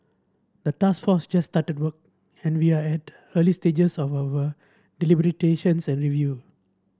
the task force just started work and we are at early stages of our deliberations and review